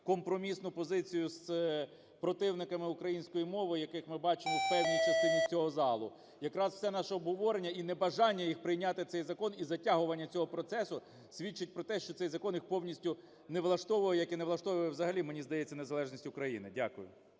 компромісну позицію з противниками української мови, яких ми бачимо в певній частині цього залу. Якраз все наше обговорення і небажання їх прийняти цей закон, і затягування цього процесу свідчить про те, що цей закон їх повністю не влаштовує, як і не влаштовує взагалі, мені здається, незалежність України. Дякую.